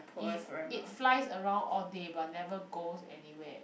if it flies around all day but never goes anywhere